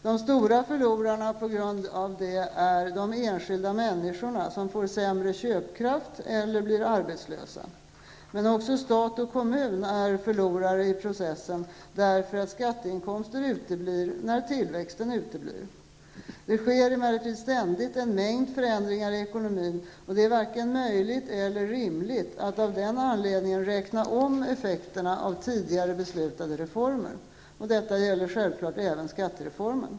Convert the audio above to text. De stora förlorarna på grund härav är de enskilda människorna, som får sämre köpkraft eller blir arbetslösa. Men också stat och kommun är förlorare i processen, därför att skatteinkomster uteblir när tillväxten uteblir. Det sker emellertid ständigt en mängd förändringar i ekonomin, och det är varken möjligt eller rimligt att av den anledningen räkna om effekterna av tidigare beslutade reformer. Detta gäller självklart även skattereformen.